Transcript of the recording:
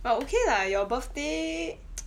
err okay lah your birthday